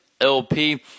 LP